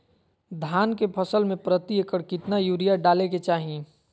धान के फसल में प्रति एकड़ कितना यूरिया डाले के चाहि?